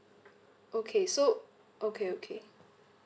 okay so okay okay